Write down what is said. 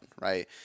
Right